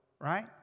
right